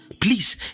please